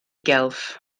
gelf